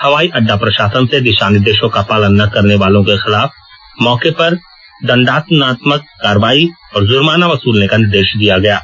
हवाई अड्डा प्रशासन से दिशा निर्देशों का पालन न करने वाले लोगों के खिलाफ मौके पर दंडात्मक कार्रवाई और जुर्माना वसुलने का निर्देश दिया गया है